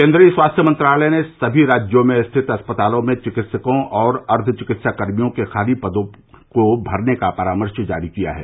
केन्द्रीय स्वास्थ्य मंत्रालय ने सभी राज्यों में स्थित अस्पतालों में चिकित्सकों और अर्द्दचिकित्सा कर्मियों के खाली पद भरने का परामर्श जारी किया है